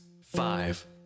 five